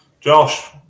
Josh